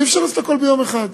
אי-אפשר לעשות הכול ביום אחד.